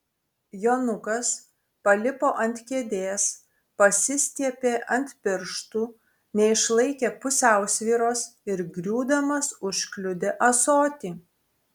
jonukas palipo ant kėdės pasistiepė ant pirštų neišlaikė pusiausvyros ir griūdamas užkliudė ąsotį